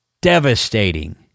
devastating